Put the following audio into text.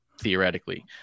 Theoretically